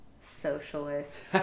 Socialist